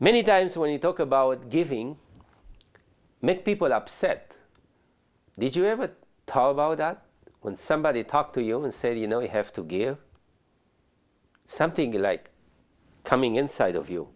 many times when you talk about giving make people upset did you ever talk about that when somebody talked to you and said you know you have to give something like coming inside of you